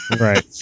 Right